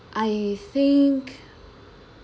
I think